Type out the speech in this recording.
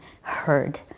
heard